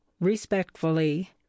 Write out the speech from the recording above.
Respectfully